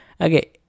okay